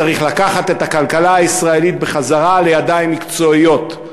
צריך לקחת את הכלכלה הישראלית בחזרה לידיים מקצועיות,